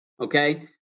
Okay